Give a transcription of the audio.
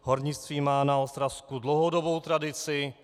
Hornictví má na Ostravsku dlouhodobou tradici.